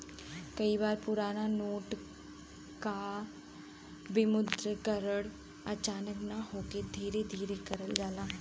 कई बार पुराना नोट क विमुद्रीकरण अचानक न करके धीरे धीरे करल जाला